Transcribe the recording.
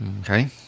Okay